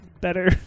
better